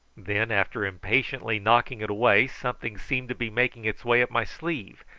then after impatiently knocking it away, something seemed to be making its way up my sleeve,